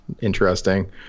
interesting